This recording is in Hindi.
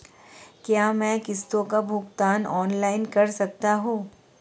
क्या मैं किश्तों का भुगतान ऑनलाइन कर सकता हूँ?